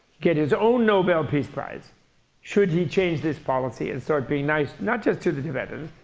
get his own nobel peace prize should he change this policy and start being nice not just to the tibetans,